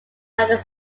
united